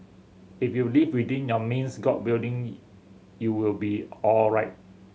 if you live within your means God willing you will be alright